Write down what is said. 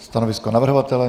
Stanovisko navrhovatele?